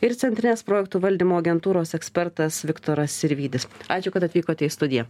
ir centrinės projektų valdymo agentūros ekspertas viktoras sirvydis ačiū kad atvykote į studiją